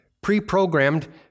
pre-programmed